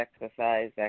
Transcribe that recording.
exercise